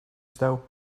still